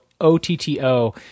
O-T-T-O